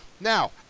Now